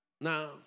Now